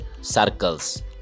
circles